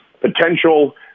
potential